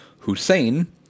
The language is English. Hussein